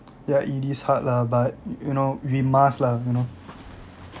ya it is hard lah but you know we must lah you know